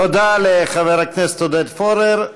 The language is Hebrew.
תודה לחבר הכנסת עודד פורר.